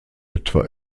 etwa